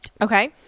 Okay